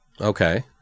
okay